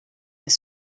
est